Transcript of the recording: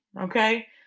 okay